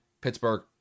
Pittsburgh